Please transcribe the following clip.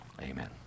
amen